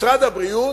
משרד הבריאות,